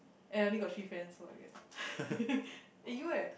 and I only got three friends so I guess eh you eh